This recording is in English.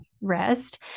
rest